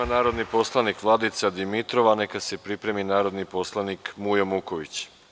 Reč ima narodni poslanik Vladica Dimitrov, a neka se pripremi narodni poslanik Mujo Muković.